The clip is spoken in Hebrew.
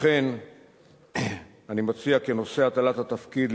לכן אני מציע כי נושא הטלת התפקיד של